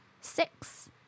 six